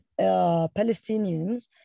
Palestinians